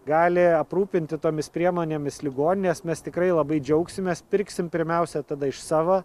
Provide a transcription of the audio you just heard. gali aprūpinti tomis priemonėmis ligonines mes tikrai labai džiaugsimės pirksim pirmiausia tada iš savo